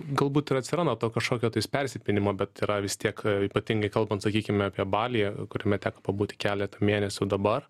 galbūt ir atsiranda to kažkokio tais persipynimo bet yra vis tiek ypatingai kalbant sakykime apie balyje kuriame teko pabūti keletą mėnesių dabar